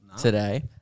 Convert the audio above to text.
today